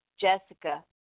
Jessica